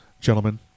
Gentlemen